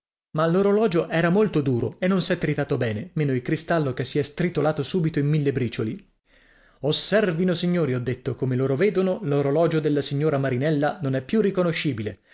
ma l'orologio era molto duro e non s'è tritato bene meno il cristallo che si è stritolato subito in mille bricioli osservino signori ho detto come loro vedono l'orologio della signora marinella non è più riconoscibile